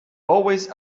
always